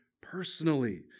personally